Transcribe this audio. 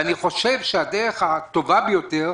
אני חושב שהדרך הטובה ביותר,